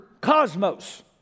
cosmos